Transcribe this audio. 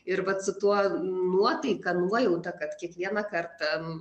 ir vat su tuo nuotaika nuojauta kad kiekvieną kartą